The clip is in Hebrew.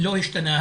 לא השתנה.